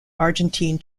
argentine